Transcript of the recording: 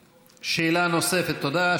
תודה.